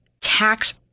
tax